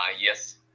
Yes